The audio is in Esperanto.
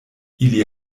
ili